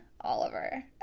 Oliver